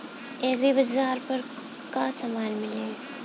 एग्रीबाजार पर का का समान मिली?